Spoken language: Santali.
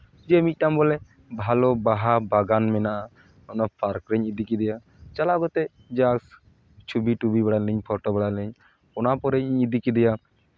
ᱡᱮ ᱢᱤᱫᱴᱟᱱ ᱵᱚᱞᱮ ᱵᱷᱟᱞᱚ ᱵᱟᱦᱟ ᱵᱟᱜᱟᱱ ᱢᱮᱱᱟᱜᱼᱟ ᱚᱱᱟ ᱯᱟᱨᱠ ᱨᱤᱧ ᱤᱫᱤ ᱠᱮᱫᱮᱭᱟ ᱪᱟᱞᱟᱣ ᱠᱟᱛᱮᱫ ᱡᱟᱥ ᱪᱷᱚᱵᱤ ᱴᱚᱵᱤ ᱵᱟᱲᱟᱭᱱᱟᱞᱤᱧ ᱯᱷᱳᱴᱳ ᱵᱟᱲᱟᱭᱱᱟᱞᱤᱧ ᱚᱱᱟ ᱯᱚᱨᱮ ᱤᱧ ᱤᱫᱤ ᱠᱮᱫᱮᱭᱟ